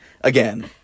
again